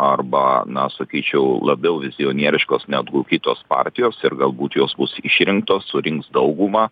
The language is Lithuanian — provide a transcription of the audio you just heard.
arba na sakyčiau labiau vizionieriškos negu kitos partijos ir galbūt jos bus išrinktos surinks daugumą